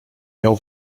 miał